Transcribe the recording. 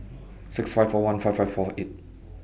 six five four one five five four eight